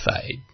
fade